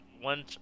one